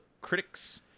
critics